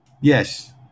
Yes